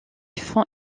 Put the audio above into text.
font